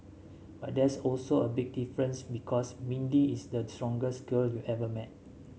but there's also a big difference because Mindy is the strongest girl you ever met